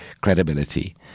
credibility